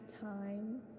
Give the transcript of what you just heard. time